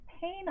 pain